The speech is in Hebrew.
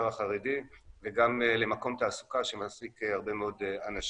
החרדי וגם למקום תעסוקה שמעסיק הרבה מאוד אנשים.